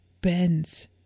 bends